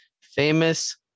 Famous